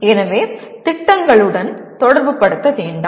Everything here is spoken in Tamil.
எனவே திட்டங்களுடன் தொடர்புபடுத்த வேண்டாம்